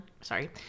sorry